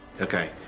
Okay